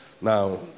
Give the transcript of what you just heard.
Now